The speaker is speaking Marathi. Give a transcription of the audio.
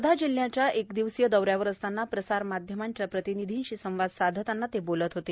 वर्धा जिल्ह्याच्या एक दिवसीय दौऱ्यावर असताना प्रसारमाध्यमांच्या प्रतिनिधींशी संवाद साधतांना ते बोलत होते